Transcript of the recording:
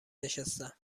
نشستم